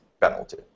penalty